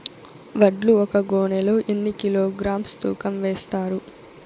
వడ్లు ఒక గోనె లో ఎన్ని కిలోగ్రామ్స్ తూకం వేస్తారు?